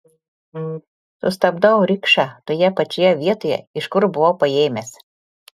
sustabdau rikšą toje pačioje vietoje iš kur buvau paėmęs